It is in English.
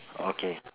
okay